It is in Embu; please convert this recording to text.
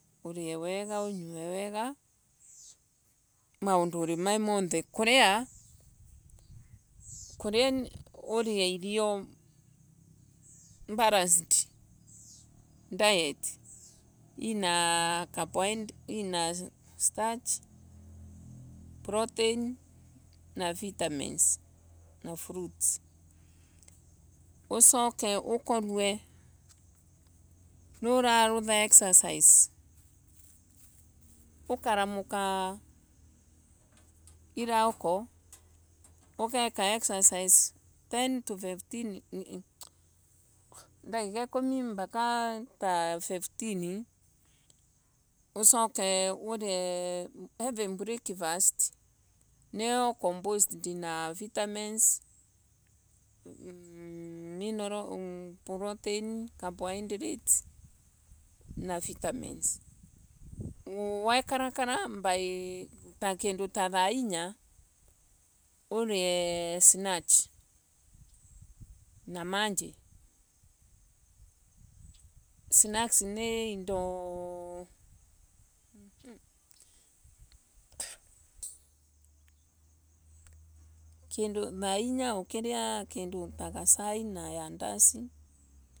Urie wega unyue wega muunduri mothe. Kuria urie irio balanced diet ina carbohydrae Ina stach. protein na vitamins na fruits. usoke ukorue ni urarutha exasais. Ukaramuko iraoko. ukekea exasais ten to fifteen. ndagika ikumi mbaka fiftini usoke urie heavy breakfast niyo composed na vitamins na minerals Proteins. carbohydrates na vitamins wekoratara by Kindu ta thaa inya urie snach na manji snacka ni indo Kindu thaa inya ukiria ta gacai na andasi.